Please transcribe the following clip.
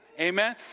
Amen